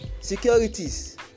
Securities